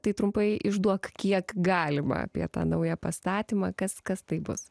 tai trumpai išduok kiek galima apie tą naują pastatymą kas kas tai bus